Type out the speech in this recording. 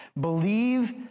Believe